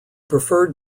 preferred